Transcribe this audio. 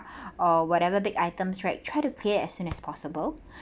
or whatever big items right try to clear as soon as possible